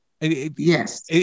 Yes